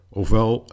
ofwel